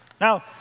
Now